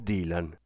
Dylan